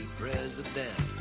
president